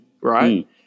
right